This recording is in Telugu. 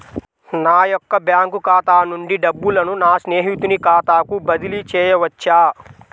నా యొక్క బ్యాంకు ఖాతా నుండి డబ్బులను నా స్నేహితుని ఖాతాకు బదిలీ చేయవచ్చా?